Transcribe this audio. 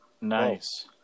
Nice